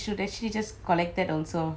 oh ya